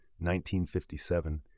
1957